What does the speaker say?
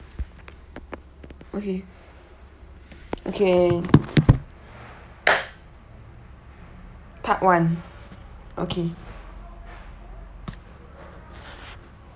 okay okay part one okay